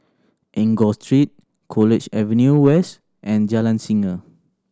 Enggor Street College Avenue West and Jalan Singa